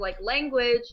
language